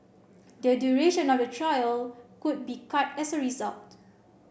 the duration of the trial could be cut as a result